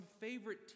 favorite